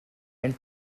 and